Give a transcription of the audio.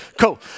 Cool